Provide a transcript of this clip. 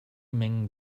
mengen